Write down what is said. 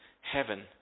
heaven